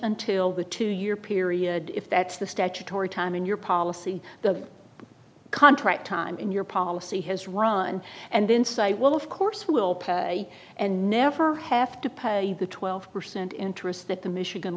until the two year period if that's the statutory time in your policy the contract time in your policy has run and inside will of course will pay and never have to pay the twelve percent interest that the michigan